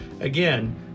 Again